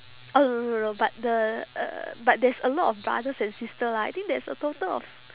oh no no no but the uh but there's a lot of brothers and sister lah I think there is a total of